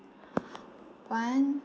one